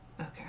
Okay